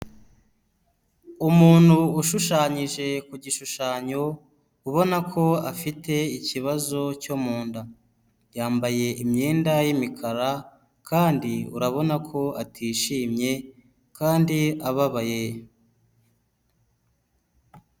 Umuntu ushushanyije ku gishushanyo ubona ko afite ikibazo cyo mu nda yambaye imyenda y'imikara kandi urabona ko atishimye kandi ababaye.